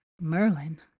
Merlin